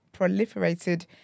proliferated